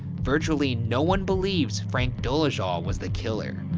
virtually no one believes frank dolezal was the killer.